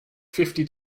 fifty